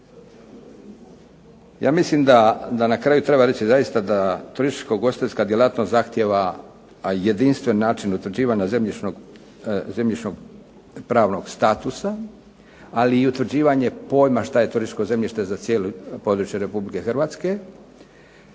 ja mislim da na kraju treba reći zaista da turističko-ugostiteljska djelatnost zahtijeva a jedinstven način utvrđivanja zemljišnog pravnog statusa ali i utvrđivanje pojma šta je turističko zemljište za cijelo područje Republike Hrvatske